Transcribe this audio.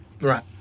Right